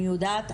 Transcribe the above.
אני יודעת,